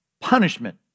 punishment